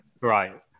Right